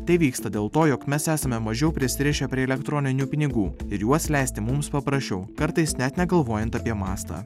tai vyksta dėl to jog mes esame mažiau prisirišę prie elektroninių pinigų ir juos leisti mums paprasčiau kartais net negalvojant apie mastą